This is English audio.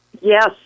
Yes